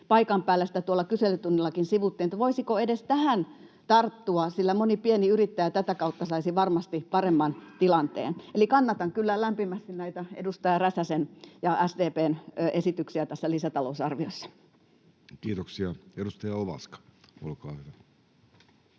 paikan päällä — sitä tuolla kyselytunnillakin sivuttiin — voisiko edes tähän tarttua, sillä moni pieni yrittäjä tätä kautta saisi varmasti paremman tilanteen. Eli kannatan kyllä lämpimästi näitä edustaja Räsäsen ja SDP:n esityksiä tässä lisätalousarviossa. [Speech 111] Speaker: